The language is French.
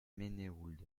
menehould